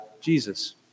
Jesus